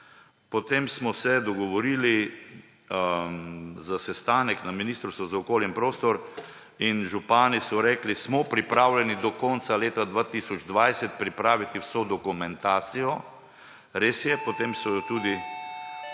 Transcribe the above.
potem smo se dogovorili za sestanek na Ministrstvu za okolje in prostor in župani so rekli, da so pripravljeni do konca leta 2020 pripraviti vso dokumentacijo. Res je, potem so jo tudi